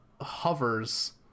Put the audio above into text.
hovers